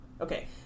Okay